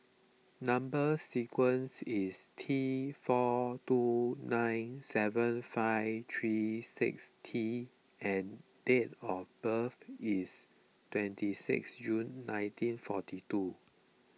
Number Sequence is T four two nine seven five three six T and date of birth is twenty six June nineteen forty two